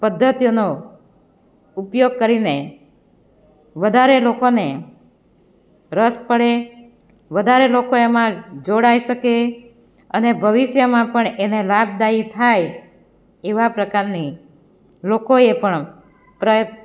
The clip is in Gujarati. પદ્ધતિઓનો ઉપયોગ કરીને વધારે લોકોને રસ પડે વધારે લોકો એમાં જોડાઈ શકે અને ભવિષ્યમાં પણ એને લાભદાયી થાય એવા પ્રકારની લોકોએ પણ પ્રય